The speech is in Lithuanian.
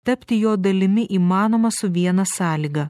tapti jo dalimi įmanoma su viena sąlyga